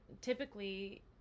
typically